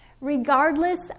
regardless